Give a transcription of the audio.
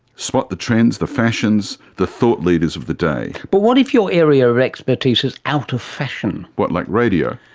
spot the trends, the fashions, the thought leaders of the day. but what if your area of expertise is out of fashion? what, like radio?